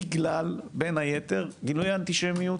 בגלל בין היתר גילויי אנטישמיות,